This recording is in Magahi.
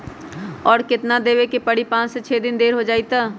और केतना देब के परी पाँच से छे दिन देर हो जाई त?